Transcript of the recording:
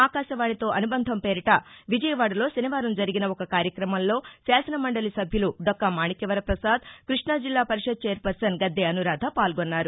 ఆకాశవాణి తో అనుబంధం పేరిట విజయవాడలో శనివారం జరిగిన ఒక కార్యక్రమంలో శాసనమండలి సభ్యులు దొక్కా మాణిక్యవర్చపసాద్ కృష్టాజిల్లా పరిషత్ ఛైర్పర్సన్ గద్దే అనూరాధ పాల్గొన్నారు